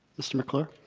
mr. mcclure?